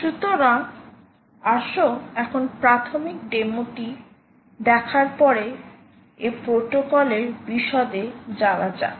সুতরাং আসো এখন প্রাথমিক ডেমোটি দেখার পরে এই প্রোটোকলের বিশদে যাওয়া যাক